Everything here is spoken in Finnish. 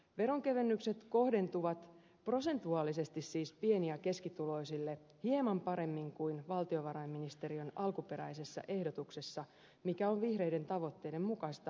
veronkevennykset kohdentuvat prosentuaalisesti siis pieni ja keskituloisille hieman paremmin kuin valtiovarainministeriön alkuperäisessä ehdotuksessa mikä on vihreiden tavoitteiden mukaista